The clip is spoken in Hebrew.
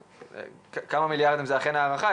כמה מיליארדים זו הערכה,